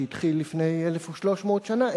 שהתחיל לפני 1,300 שנה,